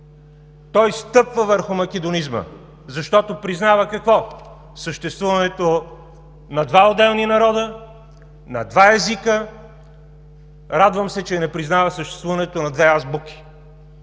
той стъпва върху македонизма. Защото признава какво? – Съществуването на два отделни народа, на два езика. Радвам се, че не признава съществуването на две азбуки.